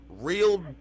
real